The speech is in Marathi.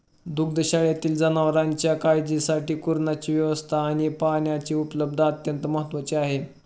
दुग्धशाळेतील जनावरांच्या काळजीसाठी कुरणाची व्यवस्था आणि पाण्याची उपलब्धता अत्यंत महत्त्वाची आहे